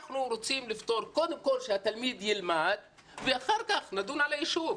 אנחנו רוצים קודם כל שהתלמיד ילמד ואחר כך נדון על היישוב.